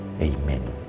Amen